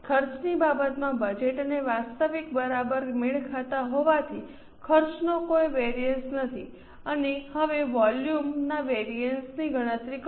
ખર્ચની બાબતમાં બજેટ અને વાસ્તવિક બરાબર મેળ ખાતા હોવાથી ખર્ચનો કોઈ વેરિઅન્સ નથી અને હવે વોલ્યુમના વેરિઅન્સ ની ગણતરી કરો